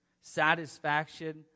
satisfaction